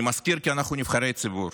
אני מזכיר שאנחנו נבחרי ציבור,